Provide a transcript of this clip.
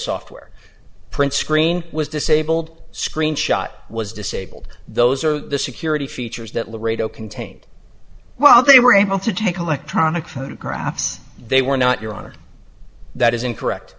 software print screen was disabled shot was disabled those are the security features that laredo contained while they were able to take electronic photographs they were not your honor that is incorrect